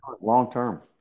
long-term